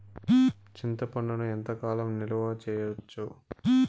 చింతపండును ఎంత కాలం నిలువ చేయవచ్చు?